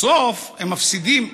בסוף הם מפסידים,